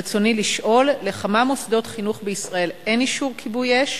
רצוני לשאול: לכמה מוסדות חינוך בישראל אין אישור כיבוי אש?